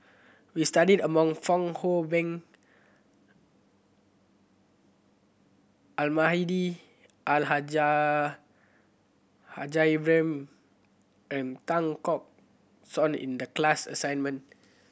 we studied Fong Hoe Beng Almahdi Al Haj Ibrahim and Tan Keong Choon in the class assignment